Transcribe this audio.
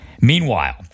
Meanwhile